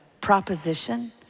proposition